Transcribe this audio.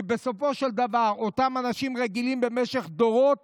כי בסופו של דבר אותם אנשים רגילים במשך דורות